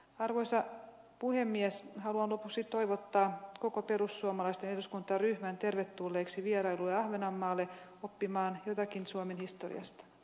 arvoisa puhemies haluan lopuksi toivottaa koko perussuomalaisten eduskuntaryhmän tervetulleeksi vierailu ahvenanmaalle oppimaan jotakin suomen historian st